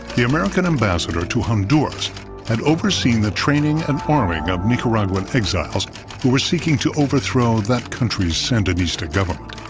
the american ambassador to honduras had overseen the training and arming of nicaraguan exiles who were seeking to overthrow that country's sandinista government.